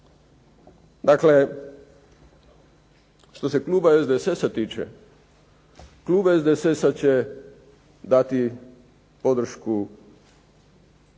Dakle, što se kluba SDSS-a tiče, klub SDSS-a će dati podršku